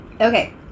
Okay